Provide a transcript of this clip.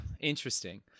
interesting